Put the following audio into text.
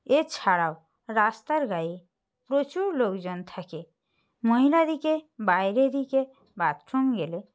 এছাড়াও রাস্তার গায়ে প্রচুর লোকজন থাকে মহিলাদিকে বাইরে দিকে বাথরুম গেলে